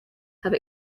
have